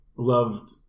Loved